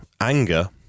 anger